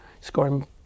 scoring